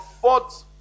fourth